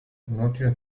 roger